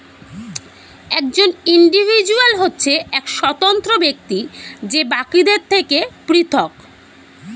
একজন ইন্ডিভিজুয়াল হচ্ছে এক স্বতন্ত্র ব্যক্তি যে বাকিদের থেকে পৃথক